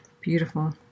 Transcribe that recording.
beautiful